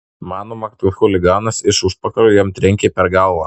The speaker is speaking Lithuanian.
manoma kad chuliganas iš užpakalio jam trenkė per galvą